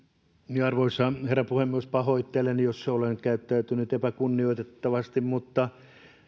arvoisa herra puhemies pahoittelen jos olen käyttäytynyt epäkunnioitettavasti mutta